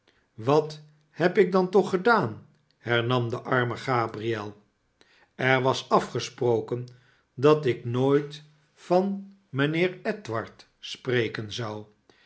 swat heb ik dan toch gedaan hernam de arme gabriel er was afgesproken dat ik nooit van rnijnheer edward spreken zou